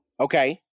Okay